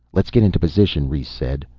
let's get into position, rhes said.